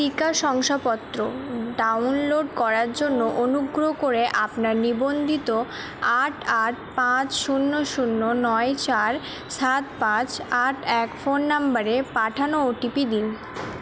টিকা শংসাপত্র ডাউনলোড করার জন্য অনুগ্রহ করে আপনার নিবন্ধিত আট আট পাঁচ শূন্য শূন্য নয় চার সাত পাঁচ আট এক ফোন নম্বরে পাঠানো ও টি পি দিন